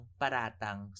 paratang